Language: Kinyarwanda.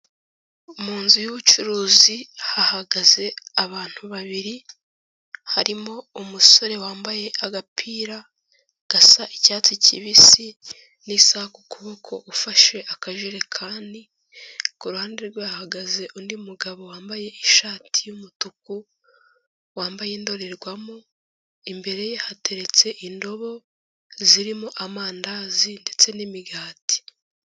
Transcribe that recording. Mu nzu y'ubucuruzi hahagaze abantu babiri, harimo umusore wambaye agapira gasa icyatsi kibisi n'isaha ku kuboko ufashe akajerekani, ku ruhande rwe hahagaze undi mugabo wambaye ishati y'umutuku wambaye indorerwamo, imbere ye hateretse indobo zirimo amandazi ndetse n'imigati.